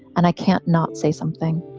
and i can't not say something.